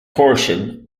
portion